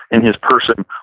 in his person,